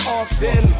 often